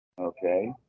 Okay